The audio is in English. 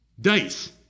dice